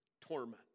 torment